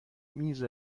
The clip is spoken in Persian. میز